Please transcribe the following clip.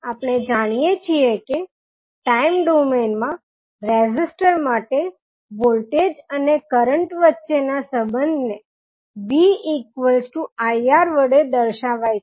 આપણે જાણીએ છીએ કે ટાઇમ ડોમેઇન માં રેઝીસ્ટર માટે વોલ્ટેજ અને કરંટ વચ્ચેનાં સંબંધને viR વડે દર્શાવાય છે